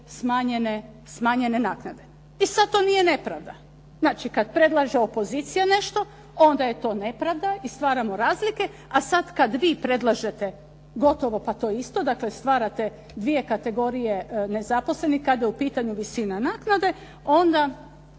smanjene naknade. I sada to nije nepravda. Znači kada predlaže opozicija nešto, onda je to nepravda i stvaramo razlike, a sada kada vi predlažete gotovo to isto stvarate dvije kategorije nezaposlenih, kada je u pitanju visina naknade, onda